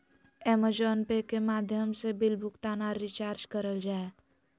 अमेज़ोने pay के माध्यम से बिल भुगतान आर रिचार्ज करल जा हय